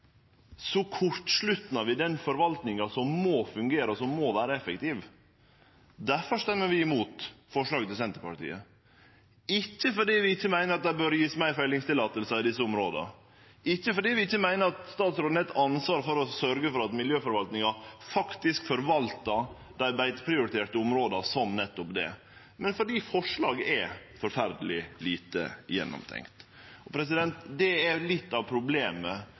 vi den forvaltinga som må fungere og må vere effektiv. Difor stemmer vi imot forslaget frå Senterpartiet – ikkje fordi vi ikkje meiner det bør gjevast fleire fellingsløyve i desse områda, ikkje fordi vi ikkje meiner at statsråden har eit ansvar for å sørgje for at miljøforvaltinga faktisk forvaltar dei beiteprioriterte områda som nettopp det, men fordi forslaget er forferdeleg lite gjennomtenkt. Det er litt av problemet